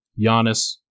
Giannis